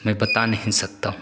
मैं बता नहीं सकता हूँ